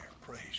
Praise